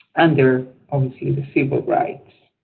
and their obviously, the civil rights.